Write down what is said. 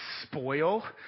spoil